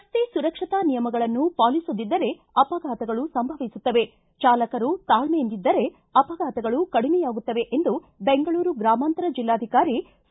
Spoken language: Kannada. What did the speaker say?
ರಸ್ತೆ ಸುರಕ್ಷತಾ ನಿಯಮಗಳನ್ನು ಪಾಲಿಸಲಿದ್ದರೆ ಅಪಘಾತಗಳು ಸಂಭವಿಸುತ್ತವೆ ಚಾಲಕರು ತಾಳ್ಲೆಯಿಂದಿದ್ದರೆ ಅಪಘಾತಗಳು ಕಡಿಮೆಯಾಗುತ್ತವೆ ಎಂದು ಬೆಂಗಳೂರು ಗ್ರಾಮಾಂತರ ಜಿಲ್ಲಾಧಿಕಾರಿ ಸಿ